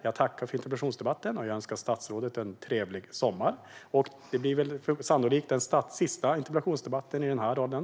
Jag tackar dock för interpellationsdebatten, och jag önskar statsrådet en trevlig sommar. Detta blir väl sannolikt den sista interpellationsdebatten i den här rollen.